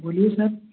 बोलिए सर